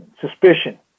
suspicion